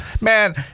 man